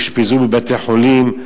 אושפזו בבתי-חולים.